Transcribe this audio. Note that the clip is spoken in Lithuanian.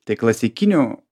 tai klasikinių